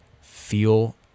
feel